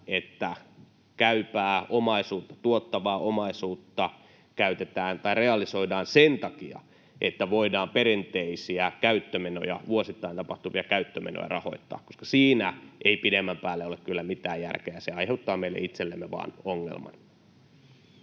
että käypää omaisuutta, tuottavaa omaisuutta realisoidaan sen takia, että voidaan perinteisiä käyttömenoja, vuosittain tapahtuvia käyttömenoja, rahoittaa, koska siinä ei pidemmän päälle ole kyllä mitään järkeä, ja se vain aiheuttaa meille itsellemme ongelman.